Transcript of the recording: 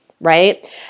right